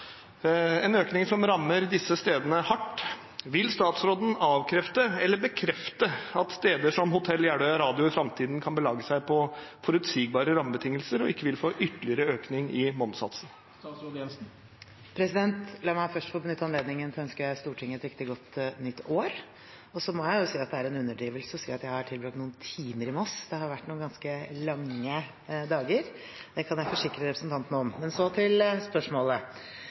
økning som rammer steder som disse hardt. Vil statsråden avkrefte eller bekrefte at steder som Hotell Jeløy Radio i fremtiden kan belage seg på forutsigbare rammebetingelser og ikke vil få ytterligere økning i momssatsen?» La meg først få benytte anledningen til å ønske Stortinget et riktig godt nytt år! Så må jeg jo si at det er en underdrivelse å si at jeg har tilbrakt «noen timer» i Moss. Det har vært noen ganske lange dager, det kan jeg forsikre representanten om. Men så til spørsmålet.